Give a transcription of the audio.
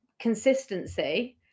consistency